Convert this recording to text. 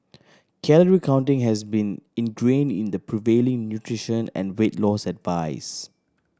calorie counting has been ingrained in the prevailing nutrition and weight loss advice